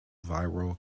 viral